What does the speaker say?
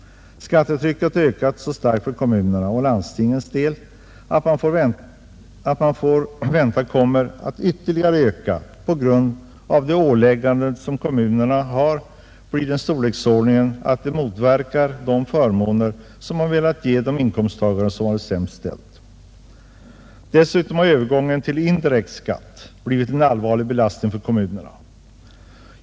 Skattetrycket, som ökat så starkt för kommunernas och landstingens del och som kan förväntas ytterligare öka på grund av de ålägganden som kommunerna fått, blir av sådan styrka att det motverkar de förmåner som man velat ge de inkomsttagare som har det sämst ställt. Dessutom har övergången till indirekt skatt blivit en allvarlig belastning för kommunerna.